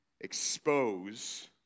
expose